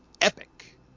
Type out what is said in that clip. epic